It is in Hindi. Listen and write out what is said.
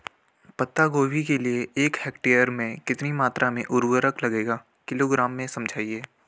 पत्ता गोभी के लिए एक हेक्टेयर में कितनी मात्रा में उर्वरक लगेगा किलोग्राम में समझाइए?